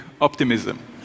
optimism